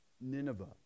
Nineveh